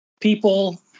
people